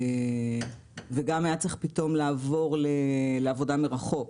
וגם היה צריך פתאום לעבור לעבודה מרחוק,